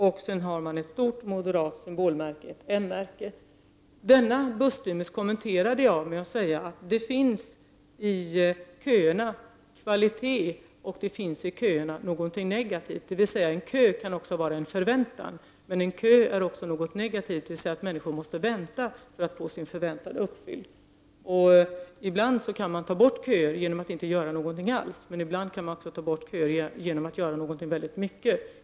Denna buss-”streamer” kommenterade jag och sade att det finns både kvalitet och något negativt i dessa köer. En kö kan vara en förväntan, men det är negativt att människor måste vänta för att få sin förväntan uppfylld. Ibland kan man ta bort köer genom att inte göra någonting alls. Men man kan också ta bort köer genom att göra mycket.